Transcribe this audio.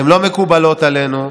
הן לא מקובלות עלינו.